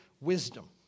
wisdom